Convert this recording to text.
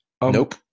Nope